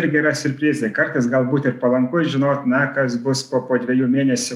irgi yra siurprizai kartais galbūt ir palanku žinot na kas bus po po dviejų mėnesių